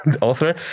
author